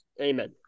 Amen